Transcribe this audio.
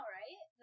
right